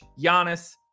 Giannis